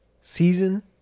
Season